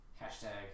Hashtag